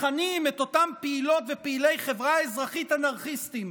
מכנים את אותם פעילות ופעילי חברה אזרחית "אנרכיסטים".